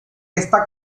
esta